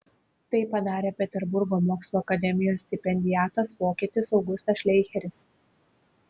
tai padarė peterburgo mokslų akademijos stipendiatas vokietis augustas šleicheris